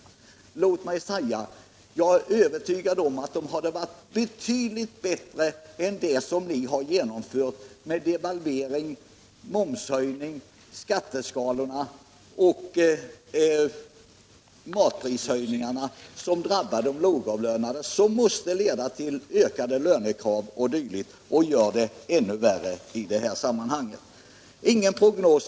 Men låt mig säga att jag är övertygad om = Åtgärder för textilatt förslagen hade givit ett betydligt bättre resultat än det ni har och konfektionsåstadkommit genom devalvering, momshöjning, skatteskalor och mat — industrierna prishöjningar som drabbar de lågavlönade. Era åtgärder måste ju leda till ökade lönekrav och annat. Och det gör problemen i det här sammanhanget ännu värre.